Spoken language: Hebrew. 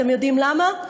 אתם יודעים למה?